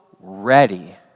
ready